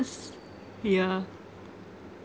yeah